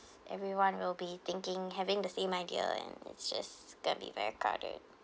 everyone will be thinking having the same idea and it's just gonna be very crowded